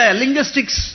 linguistics